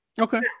Okay